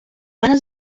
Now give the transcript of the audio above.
мене